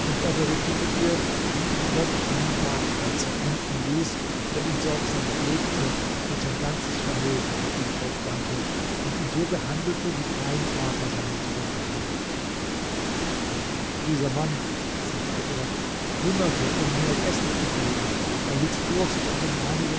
er berichtete ihr wie ihn gott einen badheizer finden ließ der ihn sorgsam pflegte und sein ganzes vermögen für ihn aufwandte und ihn so behandelte wie kein vater seinen sohn behandelt dieser mann sagte er hungerte um mir zu essen zu geben er litt durst um den